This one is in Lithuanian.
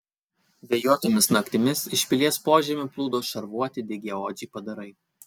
vėjuotomis naktimis iš pilies požemių plūdo šarvuoti dygiaodžiai padarai